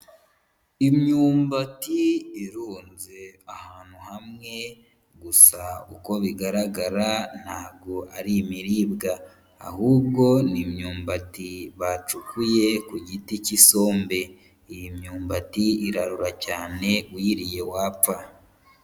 Imyumbati irunze ahantu hamwe, gusa uko bigaragara ntabwo ari imiribwa, ahubwo ni imyumbati bacukuye ku giti cy'isombe, iyi myumbati irarura cyane uyiriye wapfa.